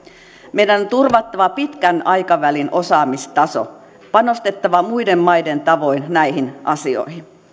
meidän on turvattava pitkän aikavälin osaamistaso panostettava muiden maiden tavoin näihin asioihin